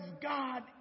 God